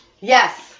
Yes